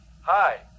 Hi